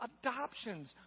adoptions